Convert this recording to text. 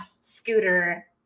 scooter